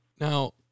Now